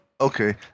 okay